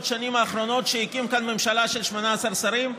השנים האחרונות שהקים כאן ממשלה של 18 שרים?